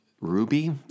Ruby